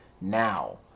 now